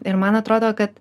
ir man atrodo kad